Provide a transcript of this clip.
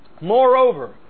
Moreover